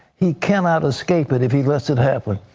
he cannot escape it if he lets it happen.